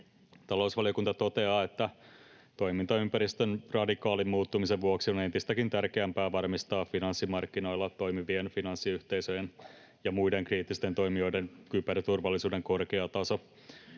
Talousvaliokunta toteaa, että toimintaympäristön radikaalin muuttumisen vuoksi on entistäkin tärkeämpää varmistaa finanssimarkkinoilla toimivien finanssiyhteisöjen ja muiden kriittisten toimijoiden kyberturvallisuuden korkea taso